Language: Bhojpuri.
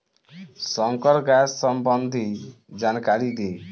संकर गाय संबंधी जानकारी दी?